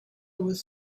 was